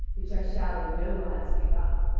which i shall in no wise give up.